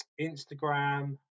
Instagram